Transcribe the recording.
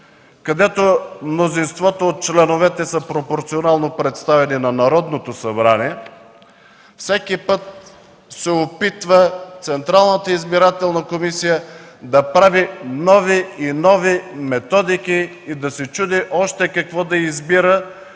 където мнозинството от членовете са пропорционално представени на Народното събрание, всеки път Централната избирателна комисия се опитва да прави нови и нови методики и да се чуди още какво да избира,